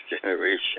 generation